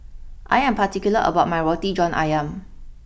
I am particular about my Roti John Ayam